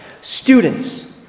students